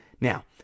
Now